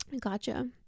gotcha